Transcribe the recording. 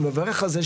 אני מברך על זה.